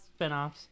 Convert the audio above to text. spinoffs